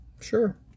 Sure